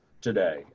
today